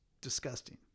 disgusting